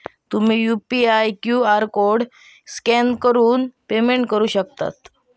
तुम्ही UPI QR code scan करान payment करू शकता